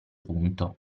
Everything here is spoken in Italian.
punto